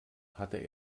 hatte